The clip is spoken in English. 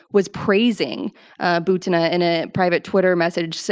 was praising ah butina in a private twitter message.